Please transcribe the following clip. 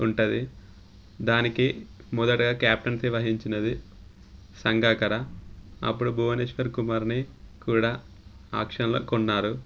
ఉంటుంది దానికి మొదటగా క్యాప్టన్సీ వహించినది సంగక్కర్ అప్పుడు భువనేశ్వర్ కుమార్ని కూడా ఆక్షన్లో కొన్నారు